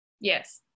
Yes